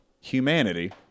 humanity